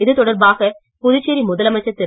இது தொடர்பாக புதுச்சேரி முதலமைச்சர் திரு